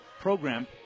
program